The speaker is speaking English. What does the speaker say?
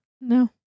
No